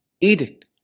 edict